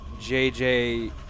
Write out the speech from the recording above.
JJ